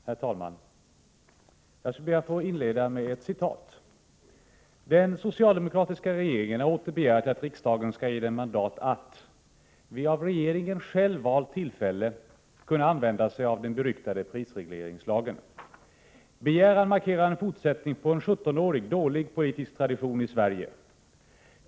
Herr talman! Jag skall be att få inleda med ett citat. Det lyder: ”Den socialdemokratiska regeringen har åter begärt att riksdagen ska ge den mandat att vid av regeringen själv valt tillfälle ——— kunna använda sig av den beryktade prisregleringslagen. Begäran markerar en fortsättning på en 17-årig dålig politisk tradition i Sverige.